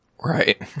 Right